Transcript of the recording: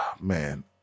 man